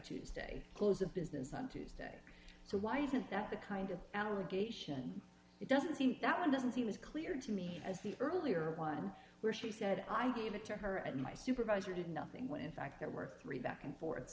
tuesday close of business on tuesday so why isn't that the kind of allegation it doesn't seem that one doesn't see was clear to me as the earlier one where she said i gave it to her and my supervisor did nothing when in fact there were three back and for